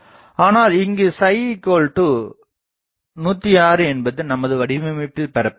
ஆனால் இங்கு ψ106 என்பது நமது வடிவமைப்பில் பெறப்பட்டது